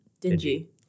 Dingy